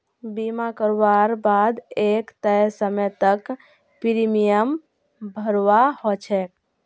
बीमा करवार बा द एक तय समय तक प्रीमियम भरवा ह छेक